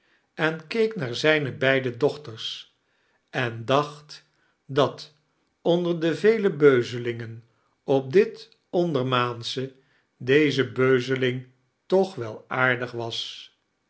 en keek naar zijne beide dochters en dacht dat ondear de vele beuzalingen op dit onideirmaansche deze beuzeling toch wel aardig was